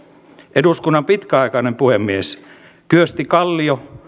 eduskunnan pitkäaikainen puhemies kyösti kallio